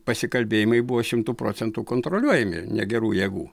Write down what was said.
pasikalbėjimai buvo šimtu procentų kontroliuojami negerų jėgų